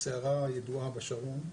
סערה ידועה בשרון,